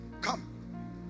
come